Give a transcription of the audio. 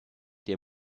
der